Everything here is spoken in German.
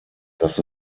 dass